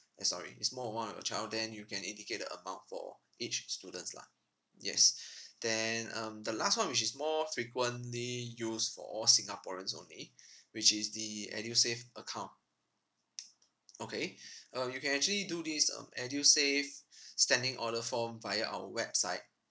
eh sorry it's more or one of your child then you can indicate the amount for each students lah yes then um the last one which is more frequently used for all singaporeans only which is the edusave account okay um you can actually do this um edusave standing order form via our website